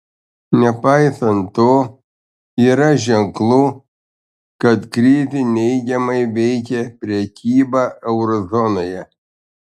nepaisant to yra ženklų kad krizė neigiamai veikia prekybą euro zonoje